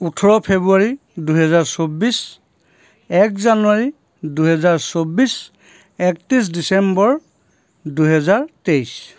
ওঠৰ ফেব্ৰুৱাৰী দুহেজাৰ চৌব্বিছ এক জানুৱাৰী দুহেজাৰ চৌব্বিছ একত্ৰিছ ডিচেম্বৰ দুহেজাৰ তেইছ